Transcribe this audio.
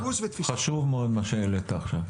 חשוב מאוד מה שהעלית עכשיו.